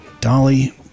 Dolly